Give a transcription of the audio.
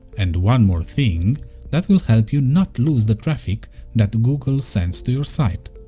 and one more thing that will help you not lose the traffic that google sends to your site,